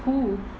who